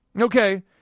Okay